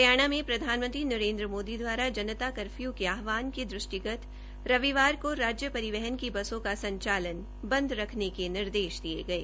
हरियाणा में प्रधानमंत्री नरेन्द्र मोदी द्वारा जनता कर्फ्यू के आहवान के दृष्टिगत रविवार को राज्य परिवहन की बसों का संचालन बंद रखने के निर्देश दिये गये